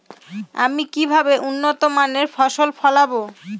আমি কিভাবে উন্নত মানের ফসল ফলাব?